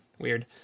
weird